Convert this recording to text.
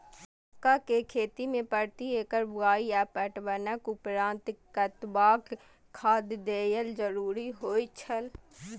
मक्का के खेती में प्रति एकड़ बुआई आ पटवनक उपरांत कतबाक खाद देयब जरुरी होय छल?